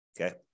okay